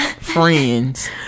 friends